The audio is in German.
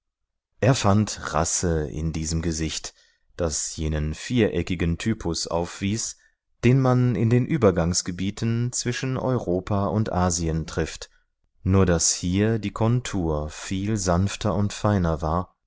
er fand rasse in diesem gesicht das jenen viereckigen typus aufwies den man in den übergangsgebieten zwischen europa und asien trifft nur daß hier die kontur viel sanfter und feiner war